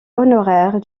honoraire